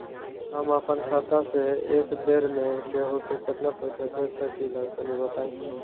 हम आपन खाता से एक बेर मे केंहू के केतना पईसा भेज सकिला तनि बताईं?